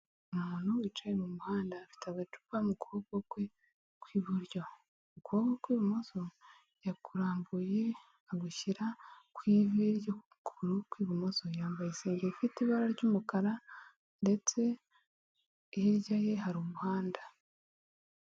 Umuntu wicaye mu muhanda afite agacupa mu kuboko kwe kw'iburyo; ukuboko kw'ibumoso yakurambuye agushyira ku ivi ryo kuguru kw'ibumoso; yambaye isengeri ifite ibara ry'umukara ndetse hirya ye hari umuhanda.